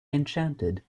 enchanted